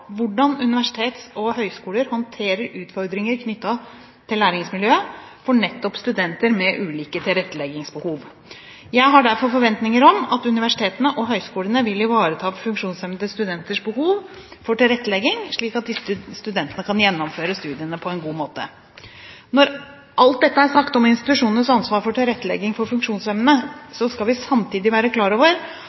hvordan universiteter og høyskoler håndterer utfordringer knyttet til læringsmiljøet for nettopp studenter med ulike tilretteleggingsbehov. Jeg har derfor forventninger om at universitetene og høyskolene vil ivareta funksjonshemmede studenters behov for tilrettelegging, slik at disse studentene kan gjennomføre studiene på en god måte. Når alt dette er sagt om institusjonenes ansvar for tilrettelegging for funksjonshemmede, skal vi samtidig være klar over